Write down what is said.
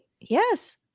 yes